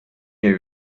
miał